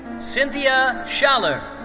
cynthia schaller.